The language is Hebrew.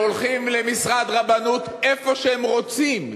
שהולכים למשרד רבנות איפה שהם רוצים,